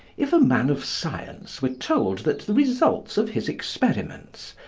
if a man of science were told that the results of his experiments,